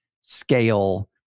scale